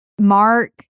Mark